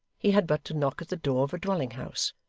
he had but to knock at the door of a dwelling-house,